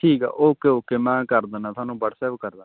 ਠੀਕ ਆ okay okay ਮੈਂ ਕਰ ਦਿੰਦਾ ਤੁਹਾਨੂੰ ਵਟਸਐੱਪ ਕਰ ਦਿੰਦਾ